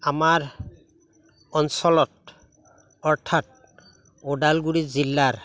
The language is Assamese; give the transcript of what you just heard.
আমাৰ অঞ্চলত অৰ্থাৎ ওদালগুৰি জিলাৰ